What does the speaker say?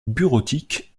bureautique